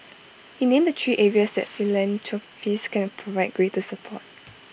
he named the three areas that philanthropists can provide greater support